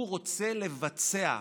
הוא רוצה לבצע,